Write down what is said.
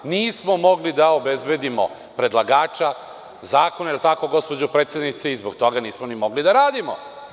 Nismo mogli da obezbedimo predlagača zakona, jer tako gospođo predsednice i zbog toga nismo mogli da radimo.